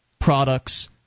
products